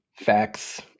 Facts